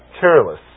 careless